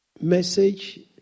message